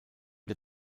der